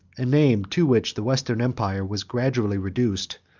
a name to which the western empire was gradually reduced,